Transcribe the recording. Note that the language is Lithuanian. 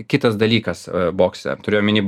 kitas dalykas bokse turiu omeny